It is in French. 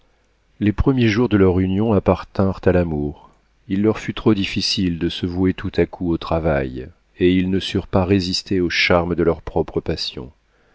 les premiers jours de leur union appartinrent à l'amour il leur fut trop difficile de se vouer tout à coup au travail et ils ne surent pas résister au charme de leur propre passion